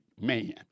man